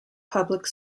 public